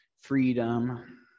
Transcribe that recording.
freedom